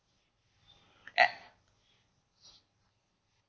at